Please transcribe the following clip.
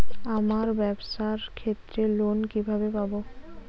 আমার ব্যবসার ক্ষেত্রে লোন কিভাবে পাব?